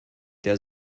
der